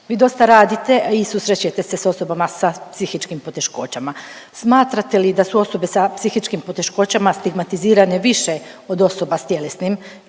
Vi dosta radite i susrećete se sa osobama sa psihičkim poteškoćama. Smatrate li da su osobe sa psihičkim poteškoćama stigmatizirane više od osoba sa tjelesnim